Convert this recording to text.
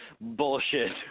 bullshit